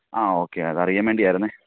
ആ ഓക്കെ അത് അറിയാന് വേണ്ടിയായിരുന്നെ